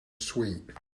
sweet